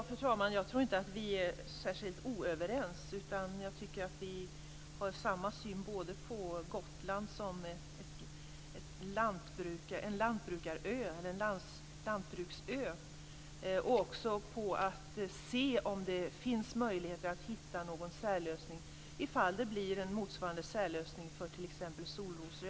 Fru talman! Jag tror inte att vi är särskilt oense, utan jag tycker att vi har samma syn på Gotland som en lantbruksö. Det har vi också när det gäller att se om det finns möjligheter att hitta någon särlösning, om det blir en motsvarande särlösning för t.ex. solrosor.